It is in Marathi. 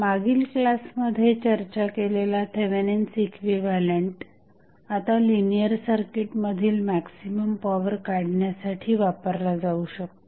मागील क्लासमध्ये चर्चा केलेला थेवेनिन्स इक्विव्हॅलंट आता लिनिअर सर्किट मधील मॅक्झिमम पॉवर काढण्यासाठी वापरला जाऊ शकतो